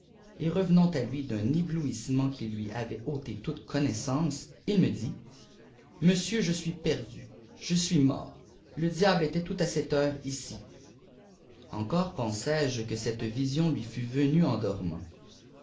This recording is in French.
après revenant à lui d'un éwouîssement qui lui avait àté toute connaissance iji me dît monsieur je suis perdu l je isfâià mort le diable était toôit à cette heure ici encore pensais-je que cette vision lui ftlt venue n dormant